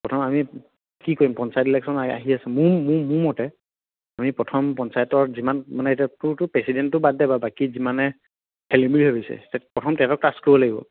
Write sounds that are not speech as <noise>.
প্ৰথম আমি কি কৰিম পঞ্চায়ত ইলেকশ্যন আহি আছে মোৰ মোৰ মোৰ মতে আমি প্ৰথম পঞ্চায়তৰ যিমান মানে এতিয়া তোৰটো প্ৰেচিডেন্টটো বাদ দে বা বাকী যিমানে খেলিম বুলি ভাবিছে প্ৰথম <unintelligible> তেহেঁতক টাছ কৰিব লাগিব